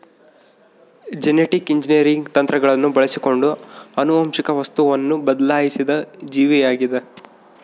genetic engineering ತಂತ್ರಗಳನ್ನು ಬಳಸಿಕೊಂಡು ಆನುವಂಶಿಕ ವಸ್ತುವನ್ನು ಬದಲಾಯಿಸಿದ ಜೀವಿಯಾಗಿದ